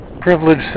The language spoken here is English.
privileged